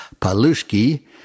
Paluski